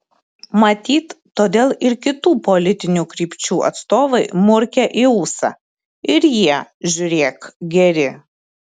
matyt todėl ir kitų politinių krypčių atstovai murkia į ūsą ir jie žiūrėk geri